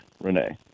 Renee